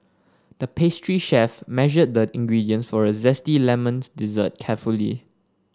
the pastry chef measured the ingredients for a zesty lemons dessert carefully